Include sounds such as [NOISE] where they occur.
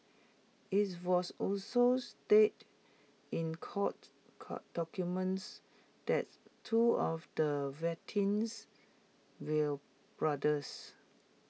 is was also stated in court [UNINTELLIGIBLE] documents that two of the victims will brothers